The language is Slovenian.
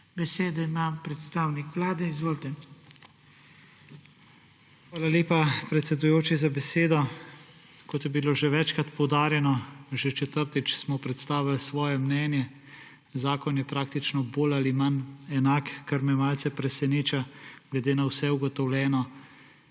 Besedo ima predstavnik Vlade. Izvolite. ALEŠ MIHELIČ: Hvala lepa, predsedujoči, za besedo. Kot je bilo že večkrat poudarjeno, že četrtič smo predstavili svoje mnenje, zakon je praktično bolj ali manj enak, kar me malce preseneča glede na vse ugotovljeno